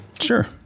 sure